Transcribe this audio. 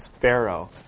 Pharaoh